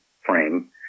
frame